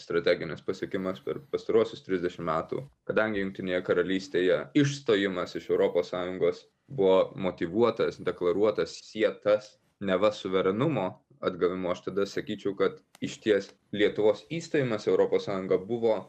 strateginis pasiekimas per pastaruosius trisdešim metų kadangi jungtinėje karalystėje išstojimas iš europos sąjungos buvo motyvuotas deklaruotas sietas neva suverenumo atgavimo aš tada sakyčiau kad išties lietuvos įstojimas į europos sąjungą buvo